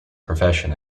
profession